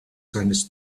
seines